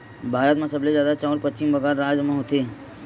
भारत म सबले जादा चाँउर पस्चिम बंगाल राज म होथे